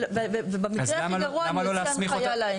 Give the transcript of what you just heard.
במקרה הכי גרוע אני אוציא הנחיה.